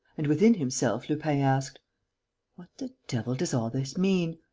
and, within himself, lupin asked what the devil does all this mean?